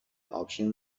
آپشن